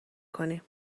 کنیم